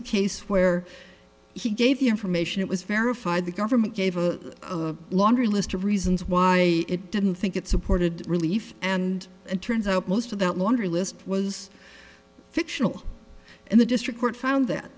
a case where he gave the information it was verified the government gave a laundry list of reasons why it didn't think it supported relief and it turns out most of that laundry list was fictional and the district court found that